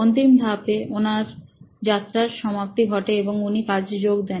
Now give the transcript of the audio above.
অন্তিম ধাপে ওনার যাত্রার সমাপ্তি ঘটে এবং উনি কাজে যোগ দেন